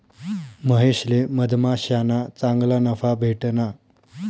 महेशले मधमाश्याना चांगला नफा भेटना